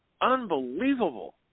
Unbelievable